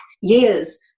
years